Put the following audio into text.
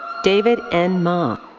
david n. ma.